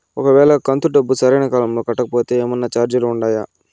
ఒక వేళ కంతు డబ్బు సరైన కాలంలో కట్టకపోతే ఏమన్నా చార్జీలు ఉండాయా?